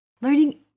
Learning